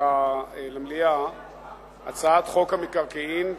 למליאה את הצעת חוק המקרקעין (תיקון,